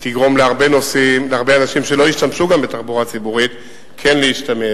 יגרמו להרבה אנשים שלא השתמשו בתחבורה הציבורית כן להשתמש.